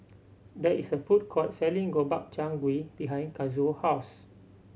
there is a food court selling Gobchang Gui behind Kazuo house